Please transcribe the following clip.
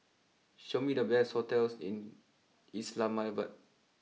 show me the best hotels in Islamabad